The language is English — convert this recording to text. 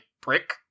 prick